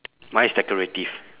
mine is decorative